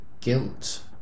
guilt